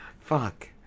Fuck